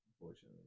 unfortunately